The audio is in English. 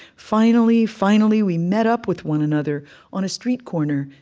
finally, finally we met up with one another on a street corner,